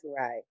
Right